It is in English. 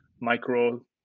micro